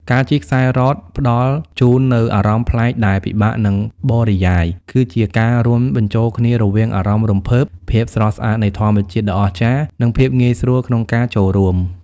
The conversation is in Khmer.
ការជិះខ្សែរ៉កផ្ដល់ជូននូវអារម្មណ៍ប្លែកដែលពិបាកនឹងបរិយាយ គឺជាការរួមបញ្ចូលគ្នារវាងអារម្មណ៍រំភើប ភាពស្រស់ស្អាតនៃធម្មជាតិដ៏អស្ចារ្យ និងភាពងាយស្រួលក្នុងការចូលរួម។